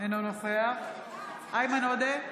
אינו נוכח איימן עודה,